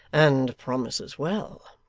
and promises well.